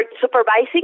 supervising